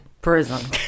Prison